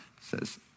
says